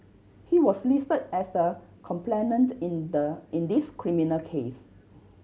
he was listed as the complainant in the in this criminal case